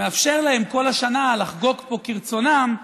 שמאפשר להם כל השנה לחגוג פה כרצונם,